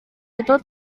itu